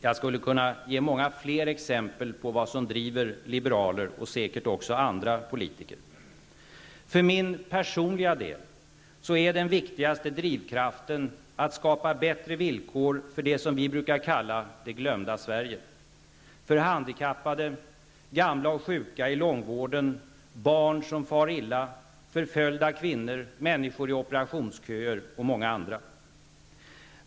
Jag skulle kunna ge många fler exempel på vad som driver liberaler och säkert även andra politiker. För min personliga del är den viktigaste drivkraften att skapa bättre villkor för det som vi brukar kalla det glömda Sverige; för handikappade, gamla och sjuka i långvården, barn som far illa, förföljda kvinnor, människor i operationsköer och många andra.